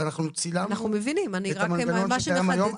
אנחנו צילמנו את המנגנון שקיים היום.